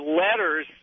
letters